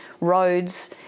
roads